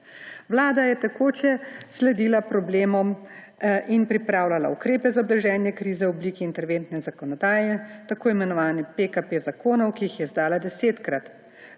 Vlada je tekoče sledila problemom in pripravljala ukrepe za blaženje krize v obliki interventne zakonodaje, tako imenovanih PKP zakonov, ki jih je izdala desetkrat.